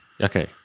Okay